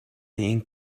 این